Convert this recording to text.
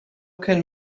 can